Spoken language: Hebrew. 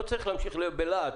לא צריך להמשיך בלהט.